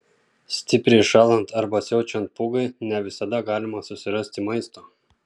stipriai šąlant arba siaučiant pūgai ne visada galima susirasti maisto